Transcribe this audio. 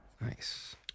nice